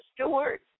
Stewart